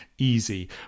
easy